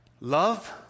love